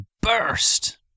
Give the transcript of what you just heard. burst